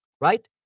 right